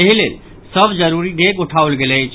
एहि लेल सभ जरूरी डेग उठाओल गेल अछि